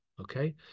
okay